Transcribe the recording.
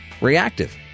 reactive